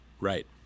Right